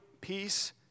peace